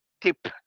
tip